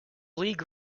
league